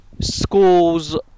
Schools